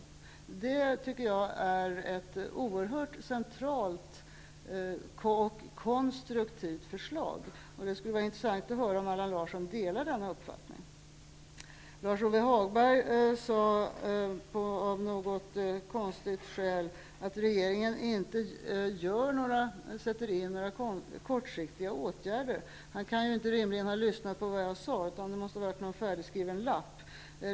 Det är ett oerhört centralt och konstruktivt förslag. Det skulle vara intressant att höra om Allan Larsson delar denna uppfattning. Lars-Ove Hagberg sade av något konstigt skäl att regeringen inte vidtar några kortsiktiga åtgärder. Han kan rimligen inte ha lyssnat på vad jag sade. Det måste ha varit en färdigskriven lapp.